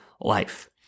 life